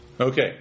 Okay